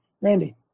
Randy